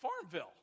Farmville